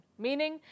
meaning